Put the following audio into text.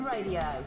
Radio